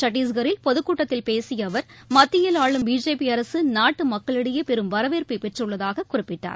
சத்தீஸ்கரில் பொதுக்கூட்டத்தில் பேசிய அவர் மத்தியில் ஆளும் பிஜேபி அரசு நாட்டு மக்களிடையே பெரும் வரவேற்பை பெற்றுள்ளதாக குறிப்பிட்டார்